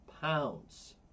pounds